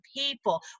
people